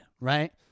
right